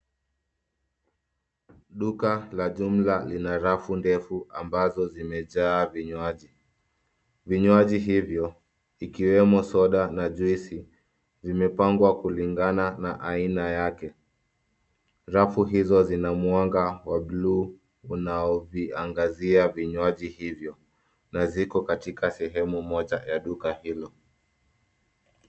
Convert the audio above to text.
Duka la jumla lina rafu ndefu ambazo zimejaa vinywaji. Vinywaji hivyo, ikiwemo soda na juisi, zimepangwa kulingana na aina yake. Rafu hizo zina muanga wa blue unaviangazia vinywaji hivyo na viko katika sehemu moja ya duka hilo.